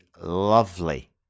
lovely